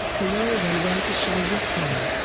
the role then went to shah rukh khan.